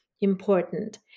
important